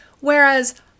Whereas